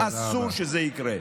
אסור שזה יקרה.